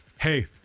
hey